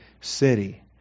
city